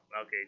Okay